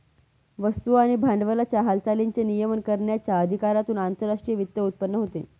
वस्तू आणि भांडवलाच्या हालचालींचे नियमन करण्याच्या अधिकारातून आंतरराष्ट्रीय वित्त उत्पन्न होते